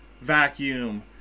vacuum